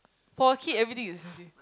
for a kid everything is expensive